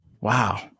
Wow